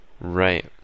Right